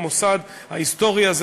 המוסד ההיסטורי הזה,